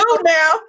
now